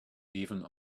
even